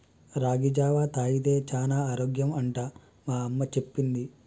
రాగి జావా తాగితే చానా ఆరోగ్యం అంట మా అమ్మ చెప్పింది